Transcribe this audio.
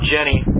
Jenny